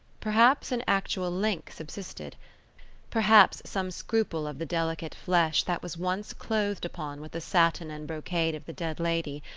perhaps an actual link subsisted perhaps some scruple of the delicate flesh that was once clothed upon with the satin and brocade of the dead lady,